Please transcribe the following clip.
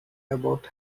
about